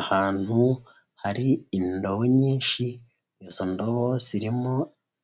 Ahantu hari indobo nyinshi, izo ndobo zirimo